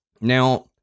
Now